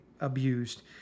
abused